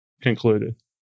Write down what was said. concluded